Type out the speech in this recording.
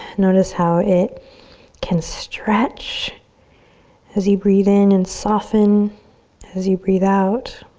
notice how it can stretch as you breathe in and soften as you breathe out.